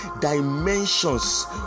dimensions